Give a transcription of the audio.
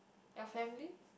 your family